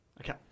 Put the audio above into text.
Okay